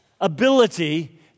ability